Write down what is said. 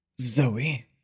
Zoe